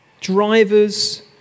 drivers